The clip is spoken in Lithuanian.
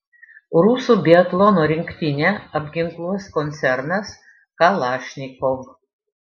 rusų biatlono rinktinę apginkluos koncernas kalašnikov